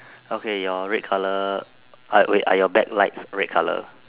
okay your red colour ah wait are your back light red colour